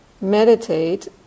meditate